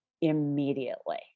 immediately